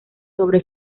sobre